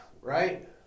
right